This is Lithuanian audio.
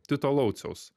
tito lauciaus